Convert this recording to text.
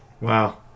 Wow